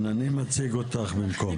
כן, אני מציג אותך במקום.